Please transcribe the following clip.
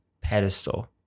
pedestal